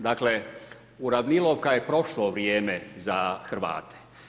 Dakle, uranilovka je prošlo vrijeme za Hrvate.